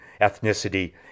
ethnicity